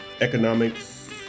economics